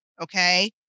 Okay